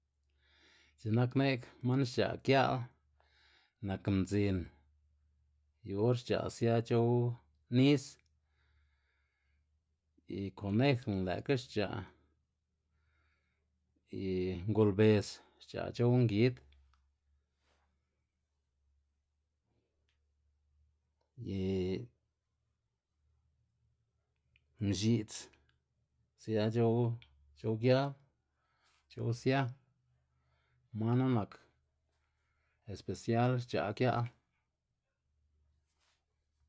X̱i'k nak ne'g man xc̲h̲a' gia'l nak mdzin, yu or xc̲h̲a' sia c̲h̲ow nis y konejna lë'kga xc̲h̲a' y ngolbes xc̲h̲a' c̲h̲ow ngid y mxi'dz sia c̲h̲ow c̲h̲ow gial c̲h̲ow sia, man knu nak espesial xc̲h̲a' gia'l.